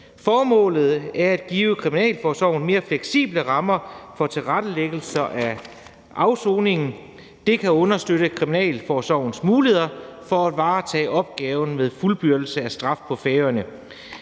Formålet er at give kriminalforsorgen mere fleksible rammer for tilrettelæggelse af afsoning. Det kan understøtte kriminalforsorgens muligheder for at varetage opgaven med fuldbyrdelse af straf på Færøerne.